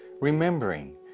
Remembering